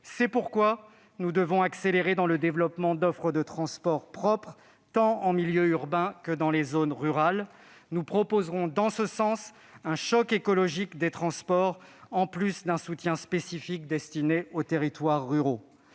C'est pourquoi nous devons accélérer dans le développement d'offres de transports propres, tant en milieu urbain que dans les zones rurales. Nous proposerons, dans ce sens, un « choc écologique » des transports, en plus d'un soutien spécifique destiné aux territoires ruraux.